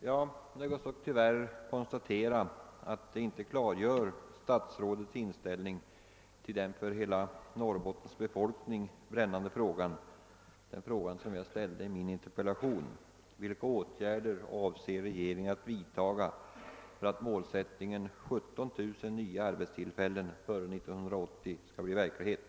Jag nödgas tyvärr konstatera att det inte klargör statsrådets inställning till den för hela Norrbottens befolkning brännande fråga som jag ställde i min interpellation, nämligen vilka åtgärder regeringen avser att vidta för att målsättningen 17000 nya arbetstillfällen före 1980 skall bli verklighet.